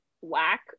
whack